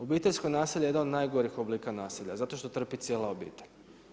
Obiteljsko nasilje je jedno od najgorih oblika nasilja, zato što trpi cijela obitelj.